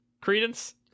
credence